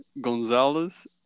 Gonzalez